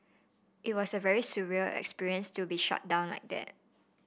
it was a very surreal experience to be shut down like that